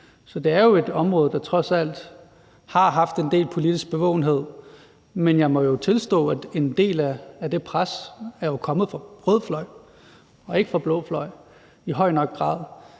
Så det er jo et område, der trods alt har haft en del politisk bevågenhed, men jeg må tilstå, at en del af det pres jo er kommet fra rød fløj og ikke fra blå fløj i høj nok grad.